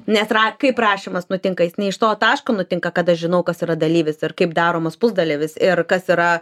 nes ra kaip rašymas nutinka jis ne iš to taško nutinka kad aš žinau kas yra dalyvis ir kaip daromas pusdalyvis ir kas yra